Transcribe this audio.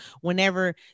whenever